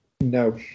No